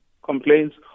complaints